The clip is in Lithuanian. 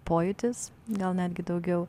pojūtis gal netgi daugiau